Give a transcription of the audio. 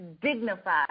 dignified